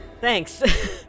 Thanks